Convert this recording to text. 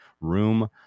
room